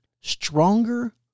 stronger